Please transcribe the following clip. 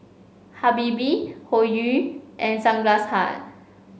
Habibie Hoyu and Sunglass Hut